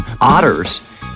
otters